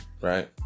right